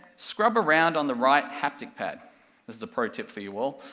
scrub around on the right haptic pad is the pro tip for you all,